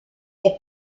est